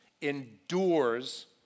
endures